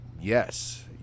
yes